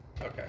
Okay